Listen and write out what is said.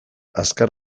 azkar